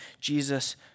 Jesus